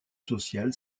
social